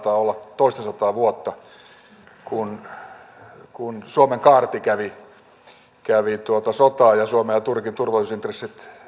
olla toista sataa vuotta siitä kun suomen kaarti kävi sotaa ja suomen ja turkin turvallisuusintressit